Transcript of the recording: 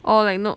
or like no